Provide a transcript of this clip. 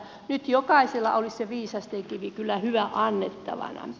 nyt jokaisella olisi se viisasten kivi kyllä hyvä olla annettavanaan